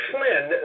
Flynn